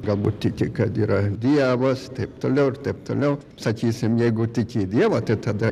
galbūt tiki kad yra dievas taip toliau ir taip toliau sakysim jeigu tiki dievą tai tada